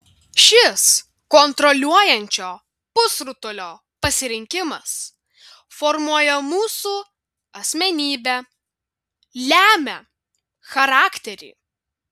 šis kontroliuojančio pusrutulio pasirinkimas formuoja mūsų asmenybę lemia charakterį